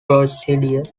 procedure